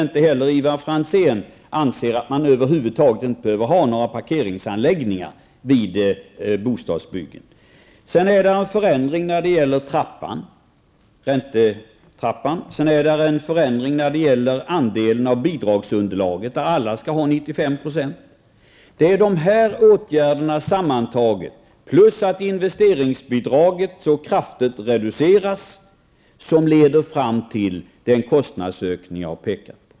Inte ens Ivar Franzén anser väl att man över huvud taget inte behöver ha några parkeringsanläggningar vid bostadsbyggen. Det är också en förändring när det gäller räntetrappan, liksom när det gäller andelen av bidragsunderlaget, där alla skall ha 95 %. De åtgärderna sammantagna, plus den omständigheten att investeringsbidraget så kraftigt reduceras, leder fram till den kostnadsökning som jag har pekat på.